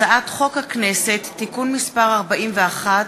הצעת חוק הכנסת (תיקון מס' 41),